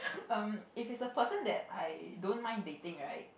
um if it's a person that I don't mind dating right